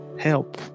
help